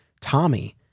Tommy